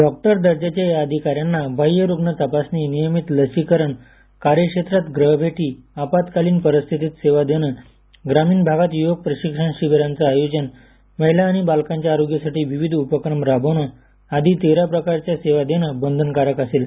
doctor दर्जाच्या या अधिकाऱ्यांना बाह्यरुग्ण तपासणी नियमित लसीकरण कार्यक्षेत्रात गृहभेटी देणे आपातकालीन परिस्थिती सेवा देणं ग्रामीण भागात योग प्रशिक्षण शिविरांचं आयोजन महिला बालकांच्या आरोग्यासाठी विविध उपक्रम राबविणं आदी तेरा प्रकारच्या सेवा देणं बंधनकारक असेल